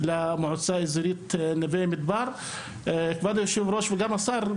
ממך כבוד היושב ראש וממך אדוני השר,